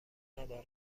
ندارد